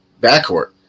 backcourt